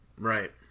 Right